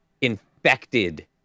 infected